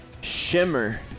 Shimmer